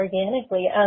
organically